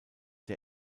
der